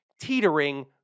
teetering